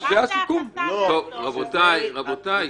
--- רבותי, רבותי.